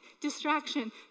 distraction